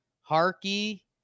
Harky